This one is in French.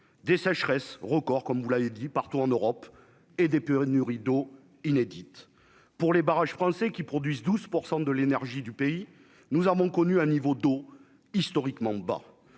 des sécheresses record, comme vous l'avez dit, partout en Europe et des rideaux inédite pour les barrages français qui produisent 12 % de l'énergie du pays, nous avons connu un niveau d'eau historiquement bas,